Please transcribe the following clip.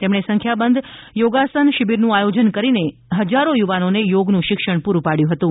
તેમણે સંખ્યાબંધ યોગાસન શિબિરનું આયોજન કરીને હજાર યુવાનોને યોગનું શિક્ષણ પૂરું પાડ્યું હતું